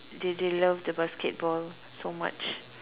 they they love the basketball so much